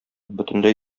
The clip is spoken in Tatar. бөтенләй